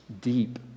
deep